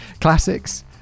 classics